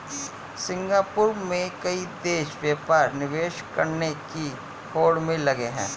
Singapore में कई देश व्यापार निवेश करने की होड़ में लगे हैं